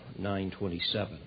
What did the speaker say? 9:27